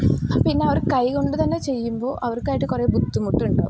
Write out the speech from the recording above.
പിന്നെ അവർ കൈ കൊണ്ടു തന്നെ ചെയ്യുമ്പോൾ അവർക്കായിട്ട് കുറേ ബുദ്ധിമുട്ടുണ്ടാകും